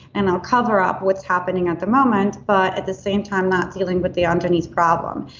and i'll cover up what's happening at the moment, but at the same time not dealing with the underneath problem.